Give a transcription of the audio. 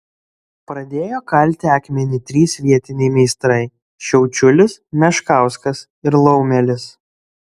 pradėjo kalti akmenį trys vietiniai meistrai šiaučiulis meškauskas ir laumelis